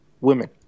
women